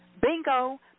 Bingo